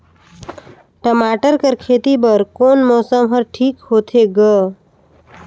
टमाटर कर खेती बर कोन मौसम हर ठीक होथे ग?